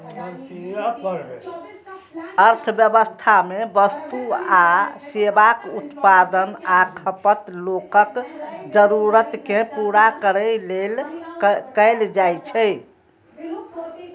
अर्थव्यवस्था मे वस्तु आ सेवाक उत्पादन आ खपत लोकक जरूरत कें पूरा करै लेल कैल जाइ छै